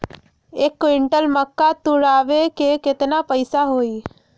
एक क्विंटल मक्का तुरावे के केतना पैसा होई?